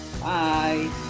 Bye